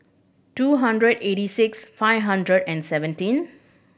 two hundred eighty six five hundred and seventeen